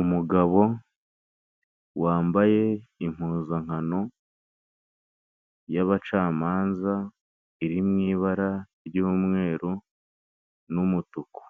Umugabo wambaye impuzankano y'abacamanza iri mu ibara ry'umweru n'umutuku.